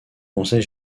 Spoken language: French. conseil